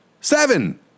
Seven